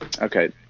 Okay